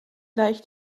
leicht